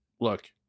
Look